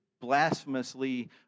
blasphemously